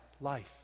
life